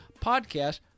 podcast